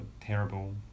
terrible